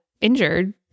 injured